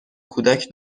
کودک